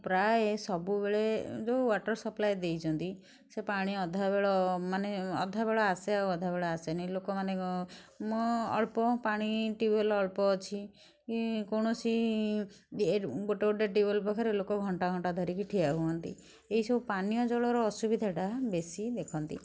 ପ୍ରାୟ ସବୁବେଳେ ଯେଉଁ ୱାଟର ସପ୍ଲାଏ ଦେଇଛନ୍ତି ସେ ପାଣି ଅଧା ବେଳ ମାନେ ଅଧାବେଳ ଆସେ ଆଉ ଅଧା ବେଳେ ଆସେନି ଲୋକମାନେ ଅଳ୍ପ ପାଣି ଟ୍ୟୁବ୍ ୱେଲ୍ ଅଳ୍ପ ଅଛି କି କୌଣସି ଗୋଟେ ଗୋଟେ ଟ୍ୟୁବ୍ ୱେଲ୍ ପାଖରେ ଲୋକ ଘଣ୍ଟା ଘଣ୍ଟା ଧରିକି ଠିଆ ହୁଅନ୍ତି ଏଇସବୁ ପାନୀୟ ଜଳର ଅସୁବିଧାଟା ବେଶୀ ଦେଖନ୍ତି